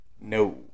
No